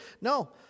No